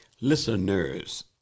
Listeners